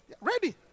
Ready